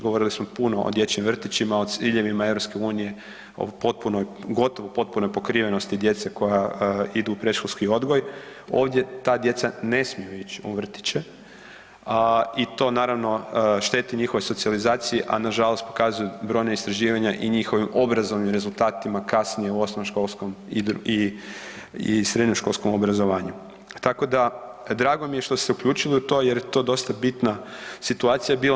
Govorili smo puno o dječjim vrtićima, o ciljevima EU, o gotovo potpunoj pokrivenosti djece koja ide u predškolski odgoj, ovdje ta djeca ne smiju ići u vrtiće i to naravno šteti njihovoj socijalizaciji, a nažalost pokazuju brojna istraživanja i njihovim obrazovnim rezultatima kasnije u osnovnoškolskom i srednjoškolskom obrazovanju, tako da drago mi je što ste se uključili u to jer je to dosta bitna situacija bila.